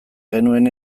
genuen